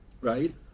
right